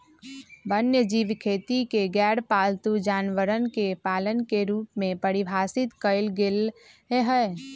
वन्यजीव खेती के गैरपालतू जानवरवन के पालन के रूप में परिभाषित कइल गैले है